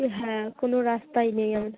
হ্যাঁ কোনো রাস্তাই নেই আর